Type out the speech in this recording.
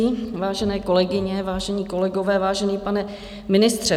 Vážené kolegyně, vážení kolegové, vážený pane ministře.